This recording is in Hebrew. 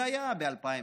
זה היה ב-2013,